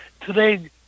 Today